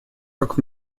как